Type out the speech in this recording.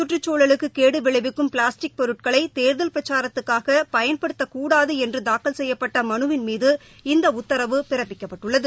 சுற்றுச்சூழலுக்கு கேடு விளைவிக்கும் பிளாஸ்டிக் பொருட்களை தேர்தல் பிரச்சாரத்துக்காக பயன்படுத்தக்கூடாது என்று தாக்கல் செய்யப்பட்ட மனுவின்மீது இந்த உத்தரவு பிறப்பிக்கப்பட்டுள்ளது